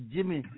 Jimmy